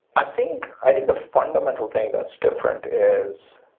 i think i think the fundamental thing that's different is,